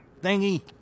thingy